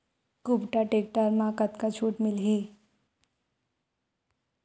कुबटा टेक्टर म कतका छूट मिलही?